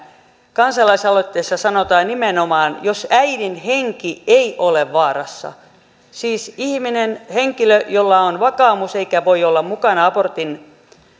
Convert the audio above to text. kansalaisaloitteessa sanotaan nimenomaan jos äidin henki ei ole vaarassa siis ihminen henkilö jolla on vakaumus eikä voi olla mukana